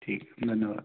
ठीक है धन्यवाद